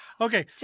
Okay